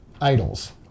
idols